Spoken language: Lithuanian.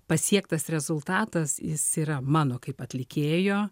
pasiektas rezultatas jis yra mano kaip atlikėjo